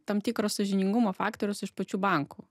tam tikro sąžiningumo faktorius iš pačių bankų